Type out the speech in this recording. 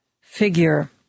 figure